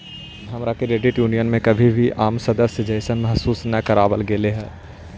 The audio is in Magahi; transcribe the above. हमरा क्रेडिट यूनियन में कभी भी आम सदस्य जइसन महसूस न कराबल गेलई हल